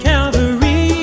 Calvary